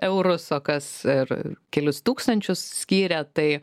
eurus o kas ir kelis tūkstančius skyrė tai